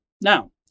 Now